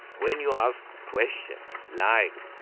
when you ask questions like,